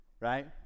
right